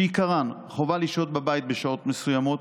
שעיקרן חובה לשהות בבית בשעות מסוימות,